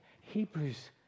Hebrews